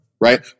right